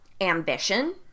ambition